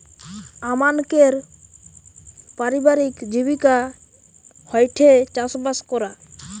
আমানকের পারিবারিক জীবিকা হয়ঠে চাষবাস করা